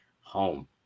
home